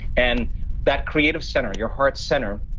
and that creative center, your heart center,